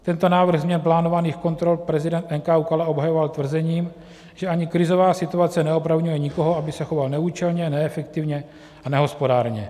Tento návrh změn plánovaných kontrol prezident NKÚ Kala obhajoval tvrzením, že ani krizová situace neopravňuje nikoho, aby se choval neúčelně, neefektivně a nehospodárně.